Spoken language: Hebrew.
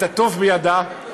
את התף בידה",